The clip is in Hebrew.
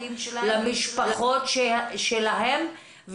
למשפחות שלהם,